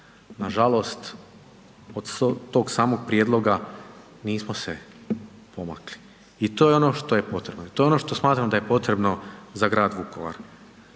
Nažalost, od tog samog prijedloga nismo se pomakli i to je ono što je potrebno i to je ono što smatram da je potrebno za grad Vukovar.